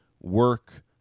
work